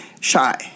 shy